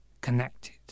connected